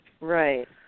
right